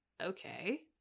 okay